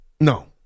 No